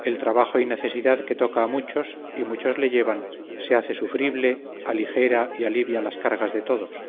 el trabajo y necesidad que toca a muchos y muchos le llevan se hace sufrible aligera y alivia las cargas de todos